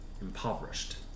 impoverished